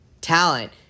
talent